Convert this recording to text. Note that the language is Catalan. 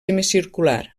semicircular